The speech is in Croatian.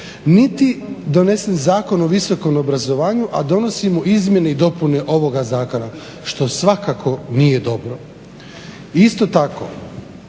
niti donesen Zakon o visokom obrazovanju, a donosimo izmjene i dopune ovoga zakona, što svakako nije dobro. I isto tako